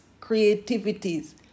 creativities